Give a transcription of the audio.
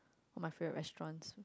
my favourite restaurants